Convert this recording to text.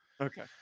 Okay